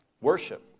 Worship